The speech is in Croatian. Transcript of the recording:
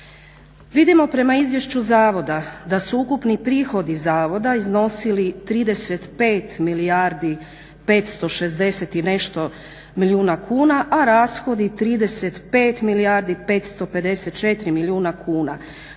Vidimo prema izvješću zavoda da su ukupni prihodi zavoda iznosili 35 milijardi 560 i nešto milijuna kuna, a rashodi 35 milijardi 554 milijuna kuna.